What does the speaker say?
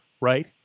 right